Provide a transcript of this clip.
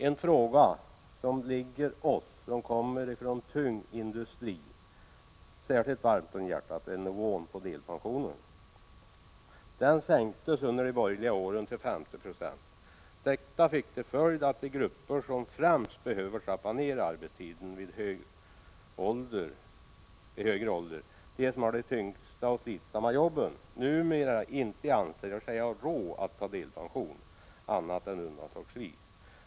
En fråga som ligger oss som kommer från tung industri särskilt varmt om hjärtat är nivån på delpensionen. Den sänktes under de borgerliga åren till 50 90. Detta fick till följd att de grupper som främst behöver trappa ned arbetstiden vid hög ålder — de som har de tyngsta och slitsammaste jobben — numera inte anser sig ha råd att ta delpension, annat än undantagsvis.